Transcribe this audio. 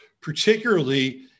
particularly